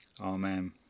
Amen